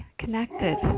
connected